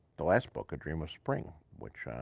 the last book, dream of spring, which